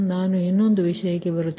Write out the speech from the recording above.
ನಾನು ಇನ್ನೊಂದು ವಿಷಯಕ್ಕೆ ಬರುತ್ತೇನೆ